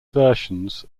versions